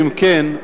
אם השעה,